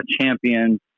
champion